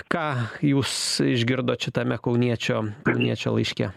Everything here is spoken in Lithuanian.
ką jūs išgirdot šitame kauniečio kauniečio laiške